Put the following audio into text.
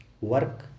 Work